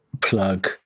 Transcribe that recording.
plug